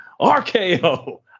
RKO